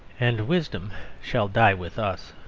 and wisdom shall die with us.